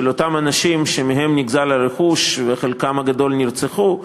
אותם אנשים שמהם נגזל הרכוש וחלקם הגדול נרצחו.